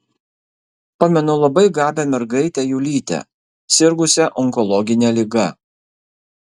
pamenu labai gabią mergaitę julytę sirgusią onkologine liga